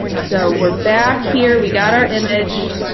so we're back here. we got our image.